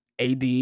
AD